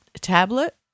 tablet